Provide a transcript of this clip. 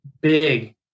big